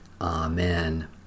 Amen